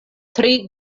tri